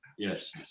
Yes